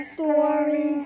Story